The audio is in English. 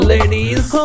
Ladies